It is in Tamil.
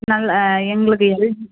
நல்ல எங்களுக்கு எல்ஜி